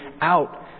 out